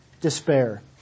Despair